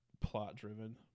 plot-driven